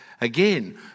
again